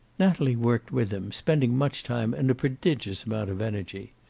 natalie worked with him, spending much time and a prodigious amount of energy.